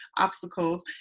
obstacles